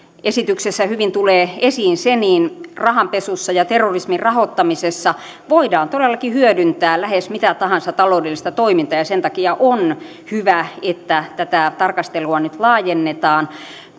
esityksessä hyvin tulee esiin rahanpesussa ja terrorismin rahoittamisessa voidaan hyödyntää lähes mitä tahansa taloudellista toimintaa ja sen takia on hyvä että tätä tarkastelua nyt laajennetaan